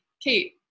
Kate